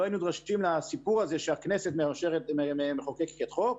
לא היינו נדרשים לסיפור הזה שהכנסת מחוקקת חוק,